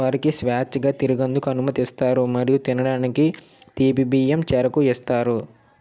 వారికి స్వేచ్ఛగా తిరగేందుకు అనుమతిస్తారు మరియు తినడానికి తీపి బియ్యం చెరకు ఇస్తారు